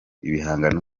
ibihangano